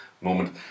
moment